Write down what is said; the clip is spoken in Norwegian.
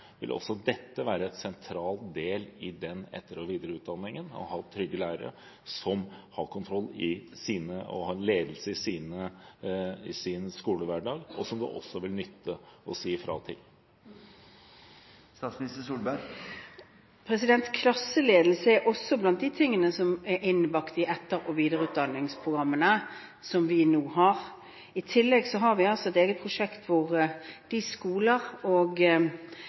vil også dette være en sentral del i den etter- og videreutdanningen – å ha trygge lærere som har kontroll og ledelse i sin skolehverdag, og som det også vil nytte å si ifra til? Klasseledelse er også blant de tingene som er innbakt i etter- og videreutdanningsprogrammene som vi nå har. I tillegg har vi et eget prosjekt hvor de skoler og